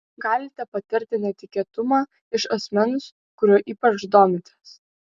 galite patirti netikėtumą iš asmens kuriuo ypač domitės